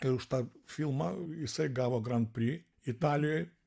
ir už tą filmą jisai gavo grand pri italijoj